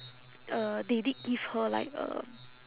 uh they did give her like um